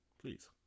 Please